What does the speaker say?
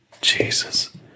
Jesus